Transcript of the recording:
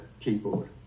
keyboard